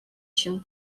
się